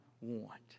want